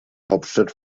hauptstadt